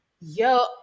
Yo